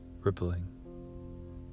rippling